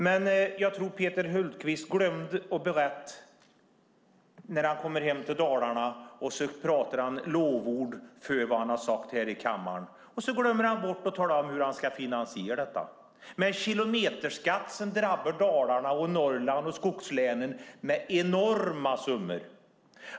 Men jag tror att Peter Hultqvist när han kommer hem till Dalarna och lovordar det han har sagt här i kammaren glömmer bort att tala om hur han ska finansiera detta, med en kilometerskatt som drabbar Dalarna, Norrland och skogslänen med enorma summor.